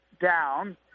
down